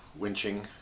winching